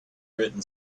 written